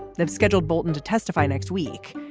they've scheduled bolton to testify next week.